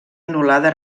anul·lada